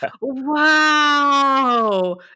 wow